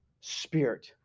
Spirit